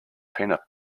peanut